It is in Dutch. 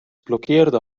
blokkeerde